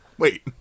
Wait